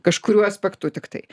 kažkuriuo aspektu tiktai